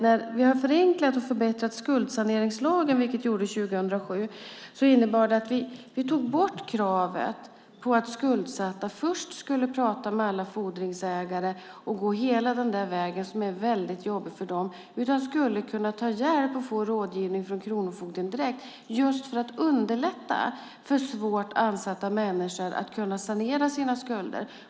När vi hade förenklat och förbättrat skuldsaneringslagen, vilket gjordes 2007, innebar det att vi tog bort kravet på att skuldsatta först skulle prata med alla fordringsägare och gå hela den vägen, som är väldigt jobbig för dem. De skulle kunna ta hjälp och få rådgivning från kronofogden direkt. Detta gjordes just för att underlätta för svårt ansatta människor att sanera sina skulder.